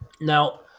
Now